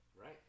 right